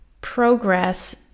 progress